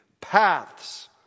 Paths